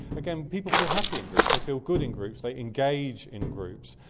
again, people feel happy in groups, they feel good in groups, they engage in groups,